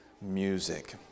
music